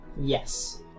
Yes